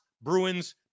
Bruins